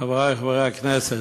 חברי חברי הכנסת,